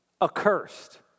Accursed